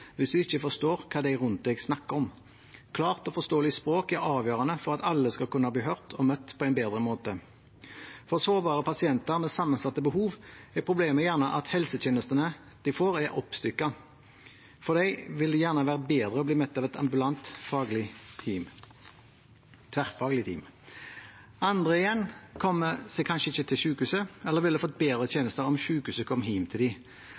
hvis en ikke forstår hva de rundt en snakker om. Klart og forståelig språk er avgjørende for at alle skal kunne bli hørt og møtt på en bedre måte. For sårbare pasienter med sammensatte behov er problemet gjerne at helsetjenestene de får, er oppstykket. For dem vil det gjerne være bedre å bli møtt av et ambulant tverrfaglig team. Andre igjen kommer seg kanskje ikke til sykehuset eller ville fått bedre tjenester om sykehuset kom hjem til